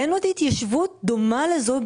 בעולם אין עוד התיישבות דומה לזה.